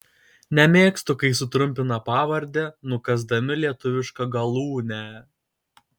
nemėgstu kai sutrumpina pavardę nukąsdami lietuvišką galūnę